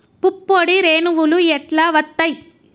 పుప్పొడి రేణువులు ఎట్లా వత్తయ్?